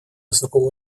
высокого